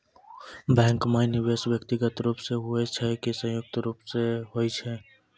Bank माई निवेश व्यक्तिगत रूप से हुए छै की संयुक्त रूप से होय छै?